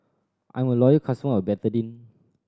I'm a loyal customer of Betadine